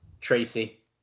Tracy